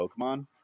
Pokemon